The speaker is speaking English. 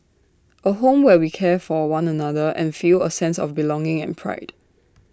A home where we care for one another and feel A sense of belonging and pride